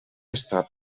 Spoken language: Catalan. està